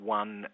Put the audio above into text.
one